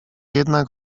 jednak